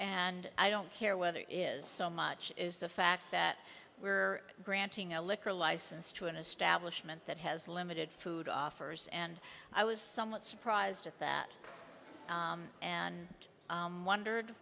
and i don't care whether it is so much is the fact that we are granting a liquor license to an establishment that has limited food offers and i was somewhat surprised at that and wondered